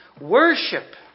worship